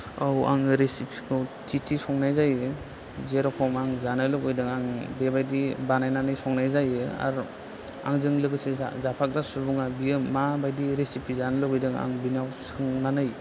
औ आङो रिसिपिखौ थि थि संनाय जायो जेर'खम आं जानो लुबैदों आं बेबायदि बानायनानै संनाय जायो आरो आंजों लोगोसे जा जाफाग्रा सुबुङा बियो मा बायदि रिसिफि जानो लुबैदों आं बिनाव सोंनानै